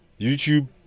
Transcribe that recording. YouTube